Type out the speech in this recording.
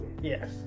Yes